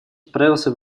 отправился